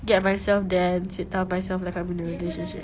get myself there and tell myself like I'm in a relationship